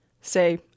say